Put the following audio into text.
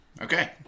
Okay